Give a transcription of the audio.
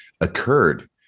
occurred